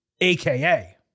AKA